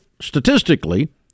statistically